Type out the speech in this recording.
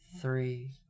Three